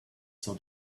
saw